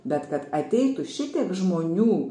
bet kad ateitų šitiek žmonių